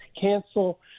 cancel